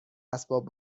اسباب